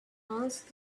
asked